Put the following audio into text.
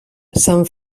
san